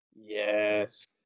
Yes